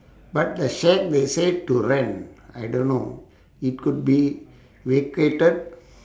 but the shack they said to rent I don't know it could be vacated